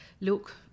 look